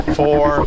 four